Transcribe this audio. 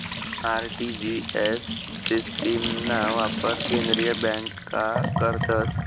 RTGS सिस्टिमना वापर केंद्रीय बँका करतस